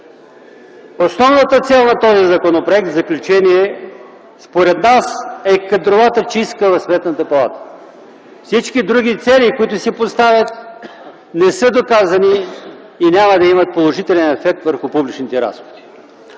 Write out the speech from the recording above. основната цел на този законопроект според нас е кадровата чистка в Сметната палата. Всички други цели, които си поставя, не са доказани и няма да имат положителен ефект върху публичните разходи.